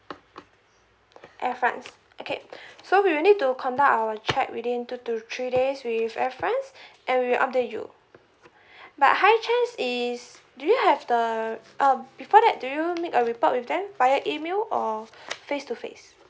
air france okay so we will need to conduct our check within two to three days with air france and we will update you but high chance is do you have the um before that do you make a report with them via email or face to face